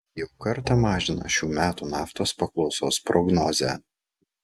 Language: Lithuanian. jau kartą mažino šių metų naftos paklausos prognozę